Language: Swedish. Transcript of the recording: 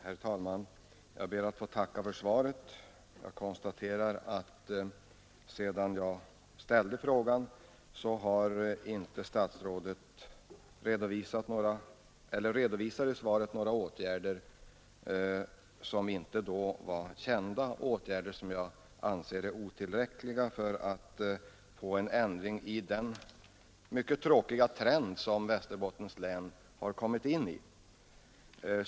Herr talman! Jag ber att få tacka herr inrikesministern för svaret på min enkla fråga. Jag konstaterar att statsrådet i sitt svar inte redovisar några åtgärder som inte tidigare var kända. De åtgärder som räknats upp anser jag är otillräckliga för att bryta den mycket tråkiga trend som Västerbottens län har kommit in i.